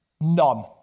None